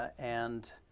and